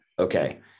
okay